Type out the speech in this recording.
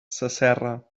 sasserra